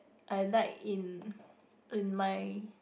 I like in in my